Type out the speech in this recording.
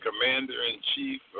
Commander-in-Chief